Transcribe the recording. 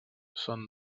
són